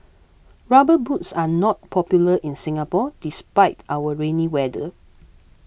rubber boots are not popular in Singapore despite our rainy weather